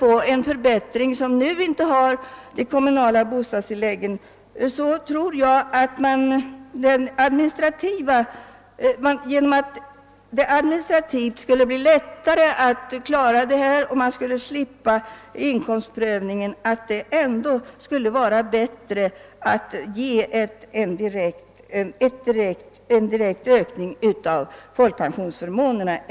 Men även om således vissa pensionärer, som nu inte har kommunalt bostadstillägg, skulle få en förbättring, tror jag att det administrativt skulle bli lättare upp nå syftemålet, bl.a. genom att inkomstprövningen slopas, om man direkt ökar folkpensionsförmånerna.